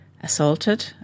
assaulted